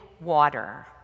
water